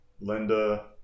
Linda